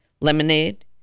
lemonade